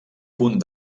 punt